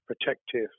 protective